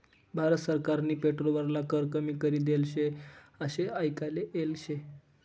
भारत सरकारनी पेट्रोल वरला कर कमी करी देल शे आशे आयकाले येल शे